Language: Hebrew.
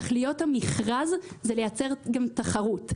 תכליות המכרז זה לייצר גם תחרות.